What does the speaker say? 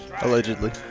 Allegedly